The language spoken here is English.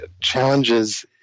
challenges